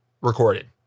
recorded